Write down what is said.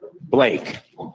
Blake